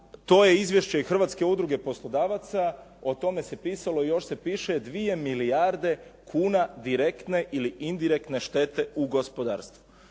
to je izvješće i Hrvatske udruge poslodavaca. O tome se pisalo i još se piše, 2 milijarde kuna direktne ili indirektne štete u gospodarstvu.